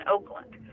Oakland